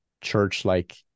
church-like